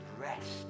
rest